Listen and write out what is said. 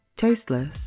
tasteless